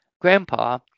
Grandpa